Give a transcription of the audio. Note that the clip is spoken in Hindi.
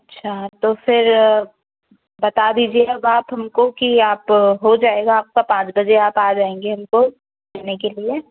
अच्छा तो फिर बता दीजिए अब आप हमको कि आप हो जाएगा आपका पाँच बजे आप आ जाएंगे हमको लेने के लिए